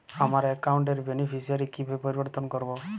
আমার অ্যাকাউন্ট র বেনিফিসিয়ারি কিভাবে পরিবর্তন করবো?